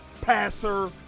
passer